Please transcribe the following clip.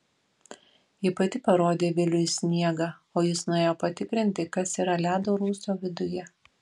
ji pati parodė viliui sniegą o jis nuėjo patikrinti kas yra ledo rūsio viduje